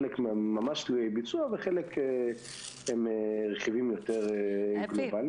חלק ממש תלויי ביצוע וחלק רכיבים יותר גלובליים.